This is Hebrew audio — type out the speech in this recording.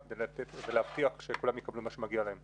זה לא שאמרתי אי פעם לעידן שזה יותר מדי כסף.